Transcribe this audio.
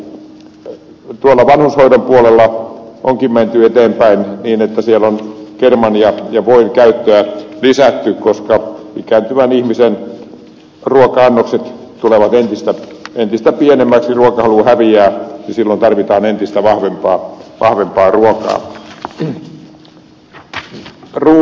tuolla vanhushoidon puolella onkin menty eteenpäin niin että siellä on kerman ja voin käyttöä lisätty koska ikääntyvän ihmisen ruoka annokset tulevat entistä pienemmiksi ruokahalu häviää ja silloin tarvitaan entistä vahvempaa ruokaa